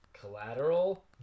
Collateral